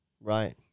Right